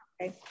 Okay